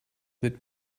wird